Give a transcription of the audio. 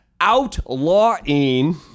outlawing